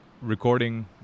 recording